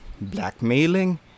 blackmailing